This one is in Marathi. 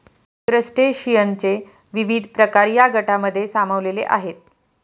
क्रस्टेशियनचे विविध प्रकार या गटांमध्ये सामावलेले आहेत